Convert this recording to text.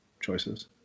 choices